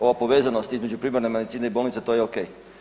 Ova povezanost između primarne medicine i bolnice to je okej.